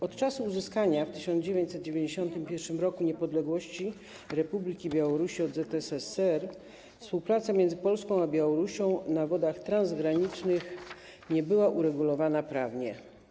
Od czasu uzyskania w 1991 r. niepodległości Republiki Białorusi od ZSRR współpraca między Polską a Białorusią na wodach transgranicznych nie była uregulowana prawnie.